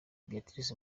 béatrice